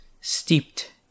steeped